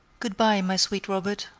good-by, my sweet robert.